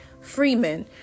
Freeman